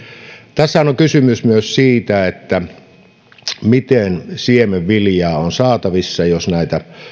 tässähän on kysymys myös siitä miten siemenviljaa on saatavissa jos näitä